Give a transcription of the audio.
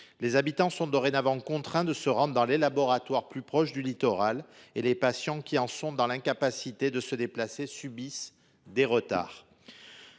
Les habitants sont dorénavant contraints de se rendre dans des laboratoires plus proches du littoral et les patients qui sont dans l’incapacité de se déplacer subissent des retards.